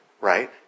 Right